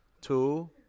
Two